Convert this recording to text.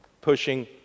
pushing